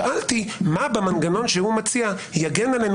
שאלתי מה במנגנון שהוא מציע יגן עלינו